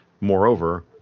Moreover